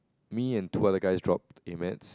me and two other guys dropped A-maths